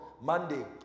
Monday